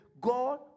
God